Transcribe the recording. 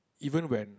even when